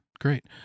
Great